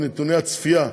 נתוני הצפייה.